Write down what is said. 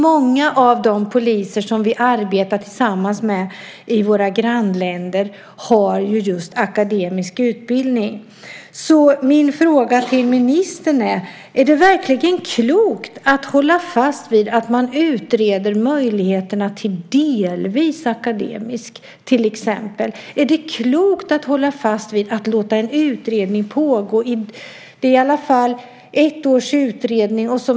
Många av de poliser som vi arbetar tillsammans med i våra grannländer har ju just akademisk utbildning. Min fråga till ministern är alltså: Är det verkligen klokt att hålla fast vid att man utreder möjligheterna till delvis akademisk utbildning? Är det klokt att hålla fast vid att låta en utredning pågå? Det är i alla fall ett års utredning.